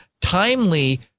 timely